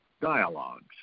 dialogues